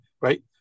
Right